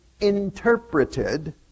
interpreted